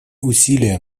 усилия